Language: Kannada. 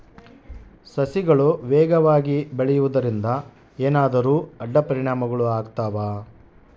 ಸಸಿಗಳು ವೇಗವಾಗಿ ಬೆಳೆಯುವದರಿಂದ ಏನಾದರೂ ಅಡ್ಡ ಪರಿಣಾಮಗಳು ಆಗ್ತವಾ?